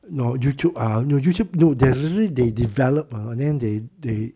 no YouTube ah no YouTube no there's actually they developed ah then they they